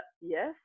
yes